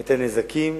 את הנזקים,